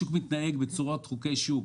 השוק מתנהג בצורת חוקי שוק.